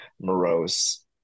morose